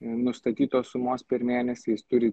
nustatytos sumos per mėnesį jis turi